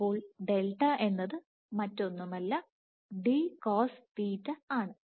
അപ്പോൾ ഡെൽറ്റഎന്നത് മറ്റൊന്നുമല്ല d cos θ ആണ്